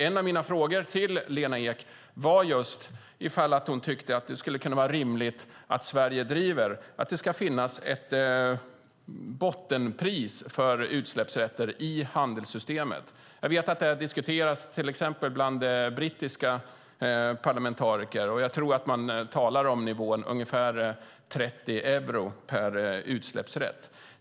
En av mina frågor till Lena Ek var just ifall hon tycker att det skulle vara rimligt att Sverige driver att det ska finnas ett bottenpris för utsläppsrätter i handelssystemet. Jag vet att det har diskuterats till exempel bland brittiska parlamentariker, och jag tror att man talar om en nivå på ungefär 30 euro per utsläppsrätt.